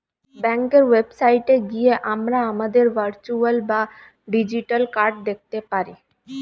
ব্যাঙ্কের ওয়েবসাইটে গিয়ে আমরা আমাদের ভার্চুয়াল বা ডিজিটাল কার্ড দেখতে পারি